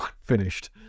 finished